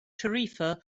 tarifa